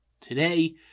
today